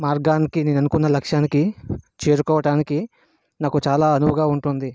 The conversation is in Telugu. మార్గానికి నేను అనుకున్న లక్ష్యానికి చేరుకోవడానికి నాకు చాలా అనువుగా ఉంటుంది